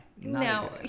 No